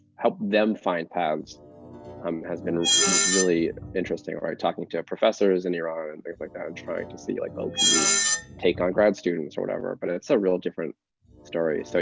help them find paths has been just really interesting, talking to professors in iran, and things like that, and trying to see, like oh, can you take on grad students or whatever. but it's a real different story. so